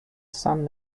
son